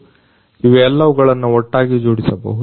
ಇವೆಲ್ಲವುಗಳನ್ನು ಒಟ್ಟಾಗಿ ಜೋಡಿಸಬಹುದು